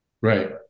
Right